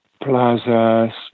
plazas